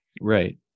right